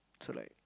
so like